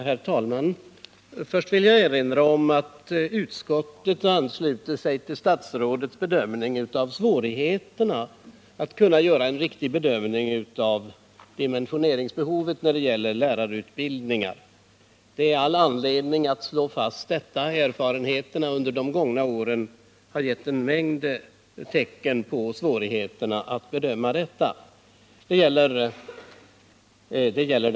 Herr talman! Först vill jag erinra om att utskottet ansluter sig till statsrådets bedömning av de svårigheter som föreligger när det gäller att göra en riktig avvägning av dimensioneringsbehovet beträffande lärarutbildningar. Det är all anledning att slå fast detta. Erfarenheterna under de gångna åren har givit en mängd belägg för svårigheterna när det gäller att göra sådana bedömningar.